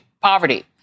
poverty